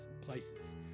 places